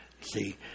See